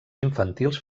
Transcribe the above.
infantils